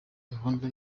gahunda